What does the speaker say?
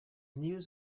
news